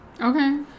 Okay